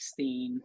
2016